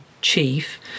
chief